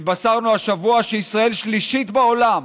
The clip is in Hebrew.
התבשרנו השבוע שישראל שלישית בעולם